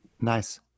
nice